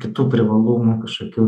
kitų privalumų kažkokių